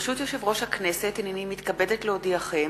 ברשות יושב-ראש הכנסת, הנני מתכבדת להודיעכם,